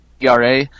ERA